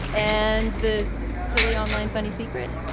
and the silly online funny secret